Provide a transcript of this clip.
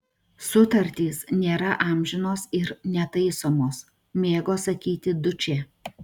sutartys nėra amžinos ir netaisomos mėgo sakyti dučė